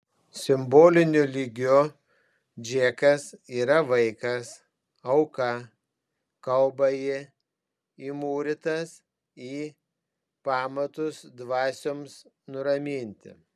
simboliniu lygiu džekas yra vaikas auka kalba ji įmūrytas į pamatus dvasioms nuraminti